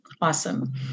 Awesome